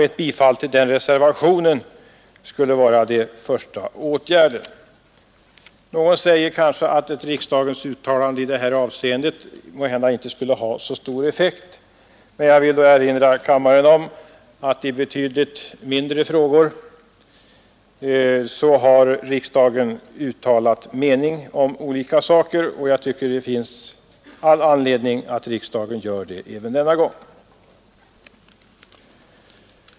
Ett bifall till den reservationen skulle alltså vara den första åtgärden. Någon invänder kanske att ett riksdagens uttalande i det här sammanhanget inte skulle ha så stor effekt. Jag vill erinra kammaren om att riksdagen har uttalat sin mening om olika saker i betydligt mindre frågor. Jag tycker det finns all anledning att riksdagen gör det även denna gång.